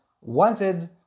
wanted